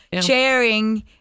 sharing